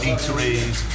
Eateries